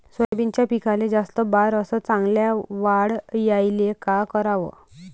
सोयाबीनच्या पिकाले जास्त बार अस चांगल्या वाढ यायले का कराव?